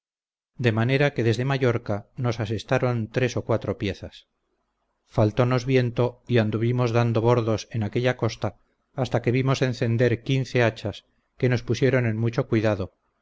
de manera que desde mallorca nos asestaron tres o cuatro piezas faltonos viento y anduvimos dando bordos en aquella costa hasta que vimos encender quince hachas que nos pusieron en mucho cuidado